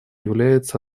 является